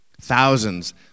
Thousands